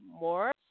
more